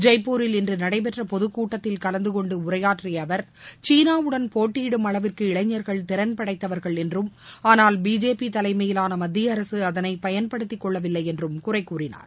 ஜெய்ப்பூரில் இன்று நடைபெற்ற பொதுக்கூட்டத்தில் கலந்து கொண்டு உரையாற்றிய அவர் சீனாவுடன் போட்டியிடும் அளவிற்கு இளைஞர்கள் திறன் படைத்தவர்கள் என்றும் ஆனால் பிஜேபி தலைமையிலான மத்திய அரசு அதனை பயன்படுத்திக்கொள்ளவில்லை என்றும் குறைகூறினார்